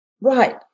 Right